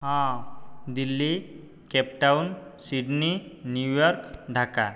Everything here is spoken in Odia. ହଁ Delhi Cape Town Sydney New York Dhaka